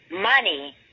money